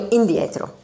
indietro